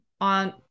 on